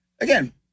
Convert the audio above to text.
Again